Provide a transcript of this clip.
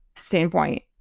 standpoint